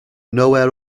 nowhere